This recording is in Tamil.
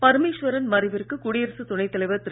பரமேஸ்வரன் மறைவிற்கு குடியரசு துணை தலைவர் திரு